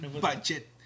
budget